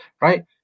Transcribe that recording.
right